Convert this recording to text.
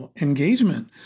engagement